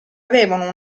avevano